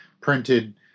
printed